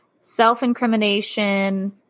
self-incrimination